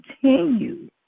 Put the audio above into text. continue